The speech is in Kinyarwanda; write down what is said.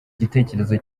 igitekerezo